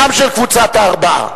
גם של קבוצת הארבעה.